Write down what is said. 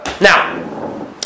Now